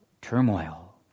turmoil